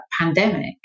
pandemic